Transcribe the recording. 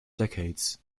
decades